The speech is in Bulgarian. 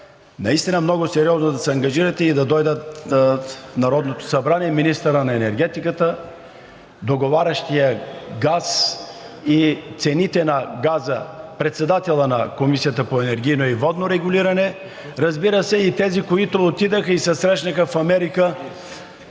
наистина много сериозно да се ангажирате и да дойдат в Народното събрание министърът на енергетиката, договарящият газ и цените на газа – председателят на Комисията по енергийно и водно регулиране, разбира се, и тези, които отидоха и се срещнаха в Америка,